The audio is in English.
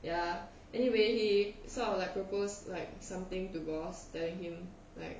ya anyway he sort of like propose like something to boss telling him like